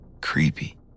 Creepy